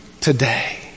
today